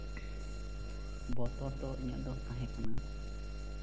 ᱵᱚᱛᱚᱨ ᱫᱚ ᱤᱧᱟᱹᱜ ᱫᱚ ᱛᱟᱦᱮᱸᱠᱟᱱᱟ